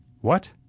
What